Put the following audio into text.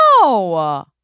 No